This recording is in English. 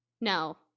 no